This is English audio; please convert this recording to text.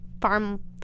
Farm